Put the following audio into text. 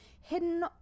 hidden